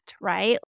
right